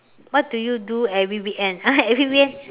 what do you do every weekend every weekend